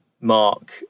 mark